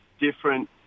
different